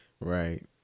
Right